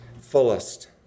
fullest